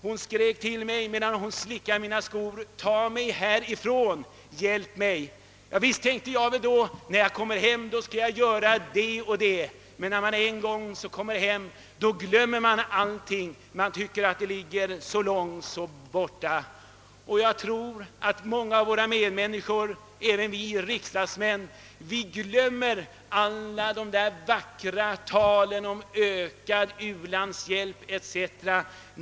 Hon skrek till mig medan hon slickade mina skor: »Tag mig härifrån, hjälp mig!» Visst tänkte jag då: När jag kommer hem skall jag göra det och det. Men när man kommer hem glömmer man tyvärr ofta allting; man tycker att allting ligger så långt borta. Jag tror att många av våra medmänniskor och även vi riksdagsmän ofta glömmer alla de vackra talen om ökad u-landshjälp etc.